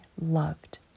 loved